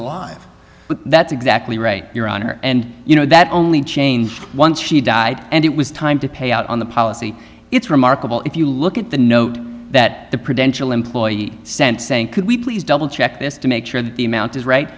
alive that's exactly right your honor and you know that only changed once she died and it was time to pay out on the policy it's remarkable if you look at the note that the prudential employee sent saying could we please double check this to make sure that the amount is right